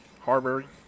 Harbury